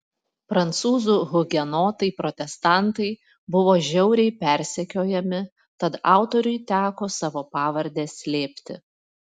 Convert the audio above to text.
prancūzų hugenotai protestantai buvo žiauriai persekiojami tad autoriui teko savo pavardę slėpti